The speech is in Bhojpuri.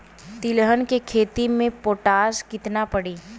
तिलहन के खेती मे पोटास कितना पड़ी?